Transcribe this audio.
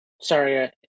Sorry